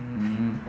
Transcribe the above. mmhmm